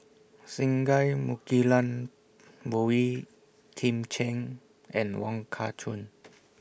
Singai Mukilan Boey Kim Cheng and Wong Kah Chun